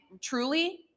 truly